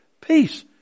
peace